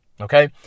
Okay